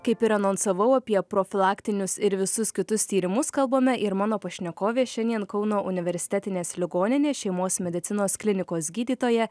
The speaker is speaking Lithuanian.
kaip ir anonsavau apie profilaktinius ir visus kitus tyrimus kalbame ir mano pašnekovė šiandien kauno universitetinės ligoninės šeimos medicinos klinikos gydytoja